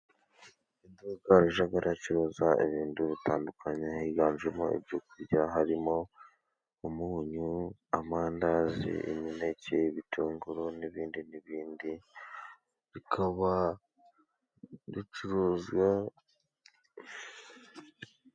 Iduka ricuruza ibintu bitandukanye higanjemo ibyo kurya harimo umunyu, amandazi, imineke, ibitunguru n'ibindi n'ibindi bikaba bicuruzwa.